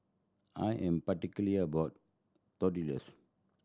I am particularly about Tortillas